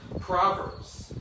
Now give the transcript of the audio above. Proverbs